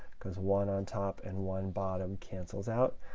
because one on top and one bottom cancels out.